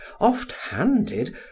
oft-handed